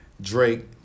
Drake